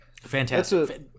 Fantastic